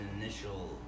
initial